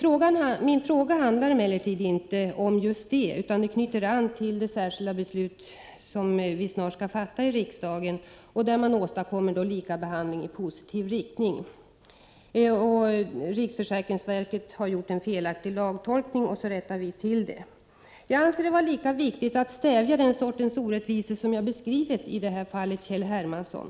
Min fråga handlar emellertid inte om just det utan knyter an till det särskilda beslut som vi snart skall fatta i riksdagen, varvid vi genom en särskild lag åstadkommer likabehandling i positiv riktning. Riksförsäkringsverket har gjort en felaktig lagtolkning, som vi rättar till. Jag anser att det är lika viktigt att stävja den sortens orättvisor som jag har beskrivit i fallet Kjell Hermansson.